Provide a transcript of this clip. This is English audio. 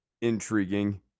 intriguing